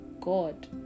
god